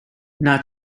not